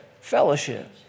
fellowship